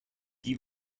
die